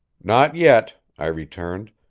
not yet, i returned,